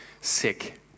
sick